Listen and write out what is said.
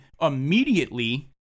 immediately